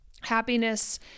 happiness